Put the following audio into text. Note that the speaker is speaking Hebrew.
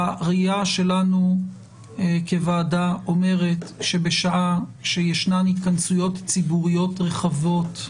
הראייה שלנו כוועדה אומרת שבשעה שישנן התכנסויות ציבוריות רחבות,